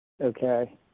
Okay